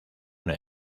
una